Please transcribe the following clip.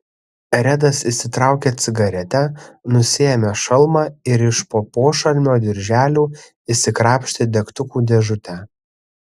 redas išsitraukė cigaretę nusiėmė šalmą ir iš po pošalmio dirželių išsikrapštė degtukų dėžutę